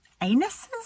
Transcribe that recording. anuses